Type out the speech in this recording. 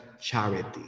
charity